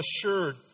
assured